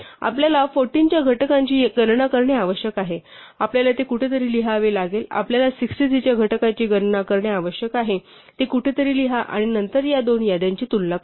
आपल्याला 14 च्या घटकांची गणना करणे आवश्यक आहे आपल्याला ते कुठे तरी लिहावे लागेल आपल्याला 63 च्या घटकाची गणना करणे आवश्यक आहे ते कुठेतरी लिहा आणि नंतर या दोन याद्यांची तुलना करा